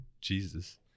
Jesus